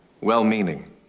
well-meaning